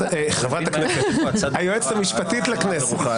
היועצת המשפטית לכנסת,